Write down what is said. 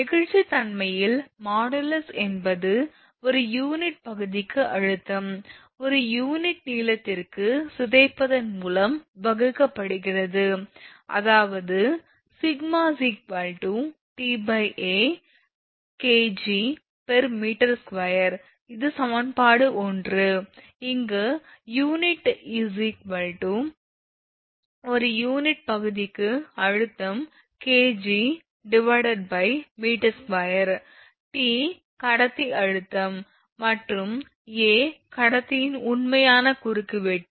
நெகிழ்ச்சித்தன்மையின் மாடுலஸ் என்பது ஒரு யூனிட் பகுதிக்கு அழுத்தம் ஒரு யூனிட் நீளத்திற்கு சிதைப்பதன் மூலம் வகுக்கப்படுகிறது அதாவது σ TA Kgm2 இது சமன்பாடு ஒன்று இங்கு unit ஒரு யூனிட் பகுதிக்கு அழுத்தம் Kgm2 T கடத்தி அழுத்தம் மற்றும் A கடத்தியின் உண்மையான குறுக்குவெட்டு